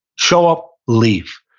show up, leave.